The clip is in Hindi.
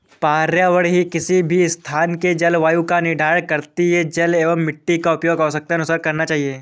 पर्यावरण ही किसी भी स्थान के जलवायु का निर्धारण करती हैं जल एंव मिट्टी का उपयोग आवश्यकतानुसार करना चाहिए